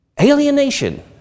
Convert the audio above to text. Alienation